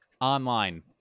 online